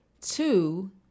Two